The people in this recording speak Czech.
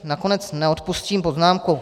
Nakonec si neodpustím poznámku.